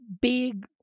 big